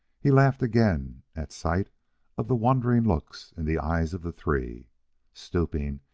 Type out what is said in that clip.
he laughed again at sight of the wondering looks in the eyes of the three stooping,